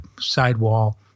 sidewall